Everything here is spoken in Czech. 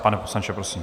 Pane poslanče, prosím.